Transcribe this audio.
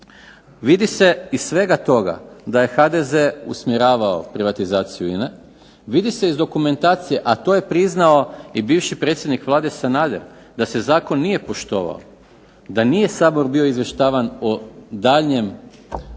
Vidi se iz svega toga da je HDZ usmjeravao privatizaciju INA-e, vidi se iz dokumentacije a to je priznao i bivši predsjednik Vlade Sanader da se zakon nije poštovao, da nije Sabor bio izvještavan o daljnjem tijeku